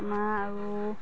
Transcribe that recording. আমাৰ আৰু